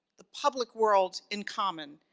the public world in common,